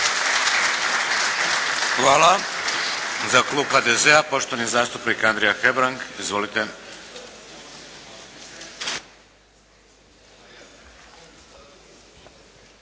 Hvala. Za klub HDZ-a poštovani zastupnik Andrija Hebrang. Izvolite!